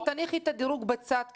תניחי את הדירוג בצד כרגע,